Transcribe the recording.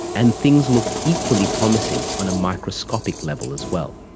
and things looked equally promising on a microscopic level as well.